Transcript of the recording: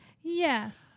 Yes